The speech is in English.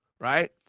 right